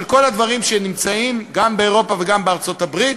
של כל הדברים שנמצאים גם באירופה וגם בארצות-הברית.